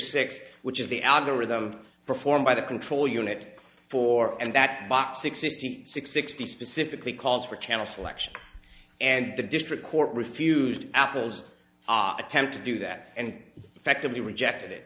six which is the algorithm performed by the control unit for and that box sixty six sixty specifically calls for channel selection and the district court refused apple's op attempt to do that and effectively rejected it